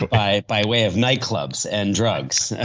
but by by way of night clubs and drugs.